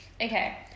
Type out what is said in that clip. Okay